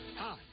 Hi